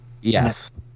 yes